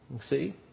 see